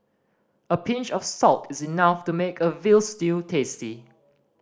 a pinch of salt is enough to make a veal stew tasty